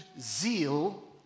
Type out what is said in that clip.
zeal